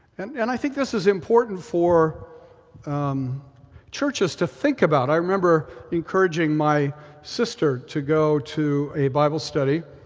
and and i think this is important for churches to think about. i remember encouraging my sister to go to a bible study.